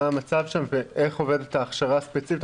המצב שם ואיך עובדת ההכשרה הספציפית,